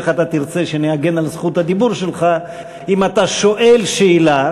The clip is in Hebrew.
איך אתה תרצה שאני אגן על זכות הדיבור שלך אם אתה שואל שאלה,